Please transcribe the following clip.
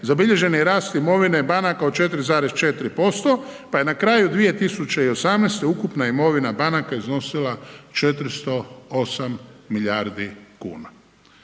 zabilježen je rast imovine banaka od 4,4% pa je na kraju 2018. ukupna imovina banaka iznosila 408 milijardi kuna.